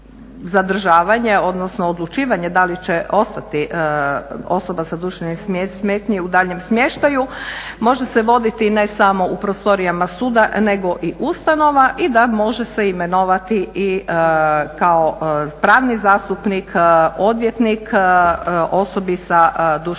odnosno odlučivanje da li će ostati osoba sa duševnim smetnjama u daljnjem smještaju može se voditi ne samo u prostorijama suda nego i ustanova i da može se imenovati i kao pravni zastupnik, odvjetnik osobi sa duševnim smetnjama.